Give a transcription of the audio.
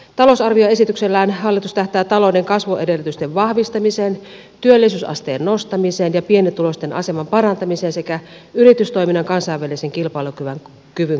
talousarvioesityksellään hallitus tähtää talouden kasvuedellytysten vahvistamiseen työllisyysasteen nostamiseen ja pienituloisten aseman parantamiseen sekä yritystoiminnan kansainvälisen kilpailukyvyn kohentamiseen